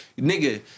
Nigga